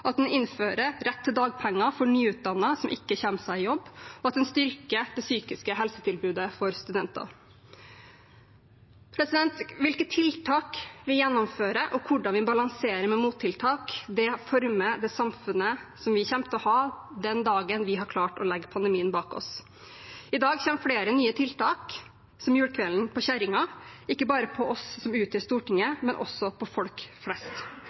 ikke kommer seg ut i jobb, og at en styrker det psykiske helsetilbudet for studentene. Hvilke tiltak vi gjennomfører, og hvordan vi balanserer med mottiltak, former det samfunnet vi kommer til å ha den dagen vi har klart å legge pandemien bak oss. I dag kommer flere nye tiltak som julekvelden på kjerringa, ikke bare på oss som utgjør Stortinget, men også for folk flest.